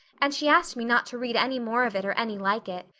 and she asked me not to read any more of it or any like it.